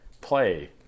play